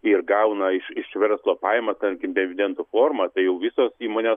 ir gauna iš iš verslo pajamas ten tarkim dividendų forma tai jau visos įmonės